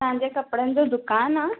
तव्हां जे कपिड़नि जो दुकानु आहे